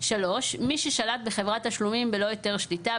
מי ששלט בחברת תשלומים בלא היתר שליטה,